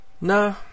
Nah